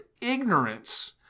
ignorance